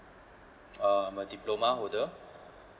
uh I'm a diploma holder